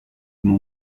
como